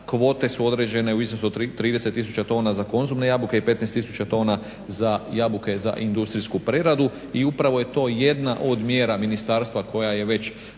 Kvote su određene u iznosu od 30 tisuća tona za konzumne jabuke i 15 tisuća tona za jabuke za industrijsku preradu i upravo je to jedna od mjera ministarstva koja je već